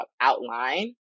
outline